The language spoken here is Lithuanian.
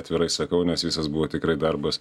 atvirai sakau nes visas buvo tikrai darbas